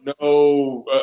no